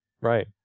Right